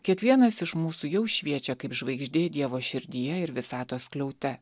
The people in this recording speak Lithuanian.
kiekvienas iš mūsų jau šviečia kaip žvaigždė dievo širdyje ir visatos skliaute